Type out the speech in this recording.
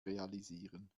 realisieren